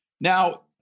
now